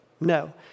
no